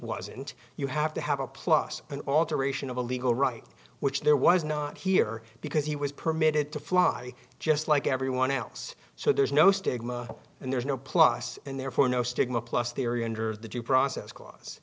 wasn't you have to have a plus an alteration of a legal right which there was not here because he was permitted to fly just like everyone else so there's no stigma and there's no plus and therefore no stigma plus the area under the due process cla